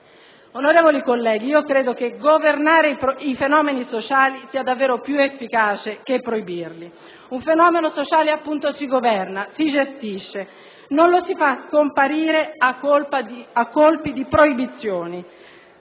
Onorevoli colleghi, credo che governare i fenomeni sociali sia davvero più efficace che proibirli. Un fenomeno sociale, appunto, si governa, si gestisce e non si fa scomparire a colpi di proibizioni.